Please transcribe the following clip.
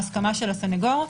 ההסכמה של הסנגור,